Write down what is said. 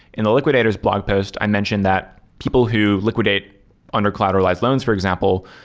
in the liquidators blog post, i mentioned that people who liquidate under collateralized loans, for example,